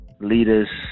leaders